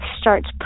starts